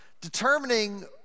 determining